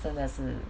真的是